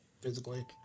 physically